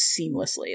seamlessly